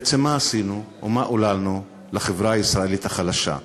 בעצם מה עשינו ומה עוללנו לחברה הישראלית החלשה?